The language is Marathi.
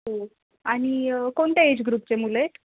हो आणि कोणत्या एज ग्रुपचे मुलं आहेत